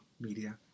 media